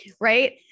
right